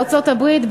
בארצות-הברית,